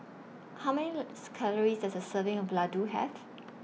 How Many Calories Does A Serving of Laddu Have